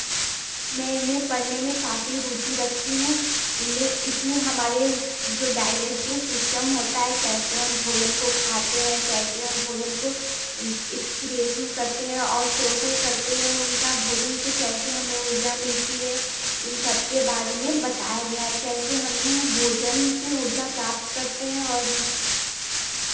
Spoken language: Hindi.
मै इन्हें पढने में काफ़ी रूचि रखती हूँ इनमें इसमें हमारे जो डाइजेस्टिव सिस्टम होता है कैसे हम भोजन को खाते हैं कैसे हम भोजन को इक्सक्रिएशन करते हैं और शोषण करते हैं उनका भोजन से कैसे हमें ऊर्जा मिलती है इन सब के बारे में बताया गया है कैसे हम भोजन से उर्जा प्राप्त करते हैं और